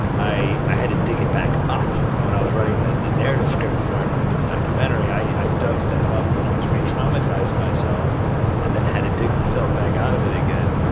i i had to dig it back up. and when i was writing the the narrative script before i did the documentary, i dug stuff up and then almost retraumatized myself and then had to dig myself back out of it again. yeah.